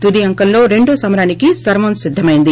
తుది అంకంలో రెండో సమరానికి సర్వం సిద్దమైంది